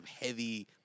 heavy